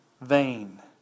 vain